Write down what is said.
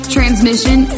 Transmission